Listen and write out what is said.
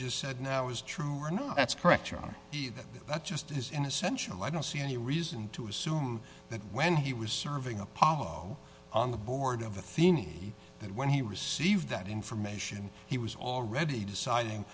just said now is true or not that's correct your honor either but just as an essential i don't see any reason to assume that when he was serving apollo on the board of athenian that when he received that information he was already deciding